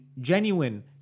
genuine